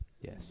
Yes